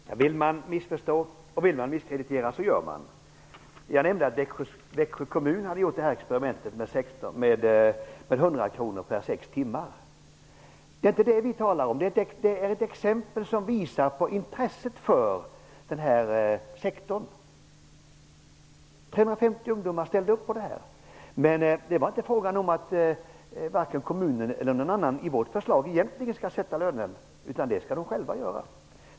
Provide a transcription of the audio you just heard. Herr talman! Vill man missförstå och misskreditera så gör man det. Jag nämnde att Växjö kommun hade gjort ett experiment med 100 kr i lön för 6 timmars arbete. Det är inte det vi talar om. Det är ett exempel som visar på intresset för denna sektor. 350 ungdomar ställde upp på det. I vårt förslag är det inte fråga om att varken kommunen eller någon annan skall sätta lönen, utan det skall ungdomarna själva göra.